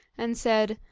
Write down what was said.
and said,